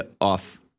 off